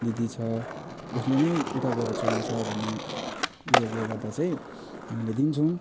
दिदी छ उसले नै उता गएर चलाउँछ भन्ने उयसले गर्दा चाहिँ हामीले दिन्छौँ